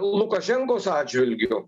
lukašenkos atžvilgiu